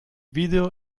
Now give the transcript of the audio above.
video